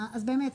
אז באמת,